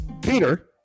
Peter